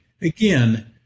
again